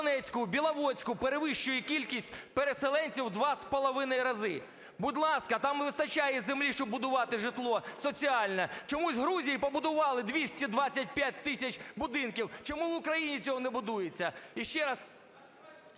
Сєвєродонецьку, в Біловодську перевищує кількість переселенців у 2,5 рази. Будь ласка, там не вистачає землі, щоб будувати житло соціальне. Чомусь в Грузії побудували 225 тисяч будинків. Чому в Україні цього не будується? Іще раз…